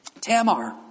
Tamar